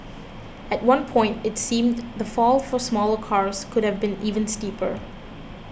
at one point it seemed the fall for smaller cars could have been even steeper